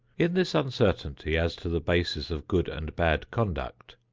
in this uncertainty as to the basis of good and bad conduct,